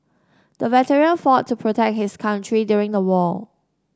the veteran fought to protect his country during the war